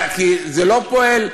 כי זה לא פועל.